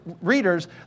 readers